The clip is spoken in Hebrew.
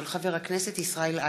של חבר הכנסת ישראל אייכלר.